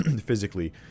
physically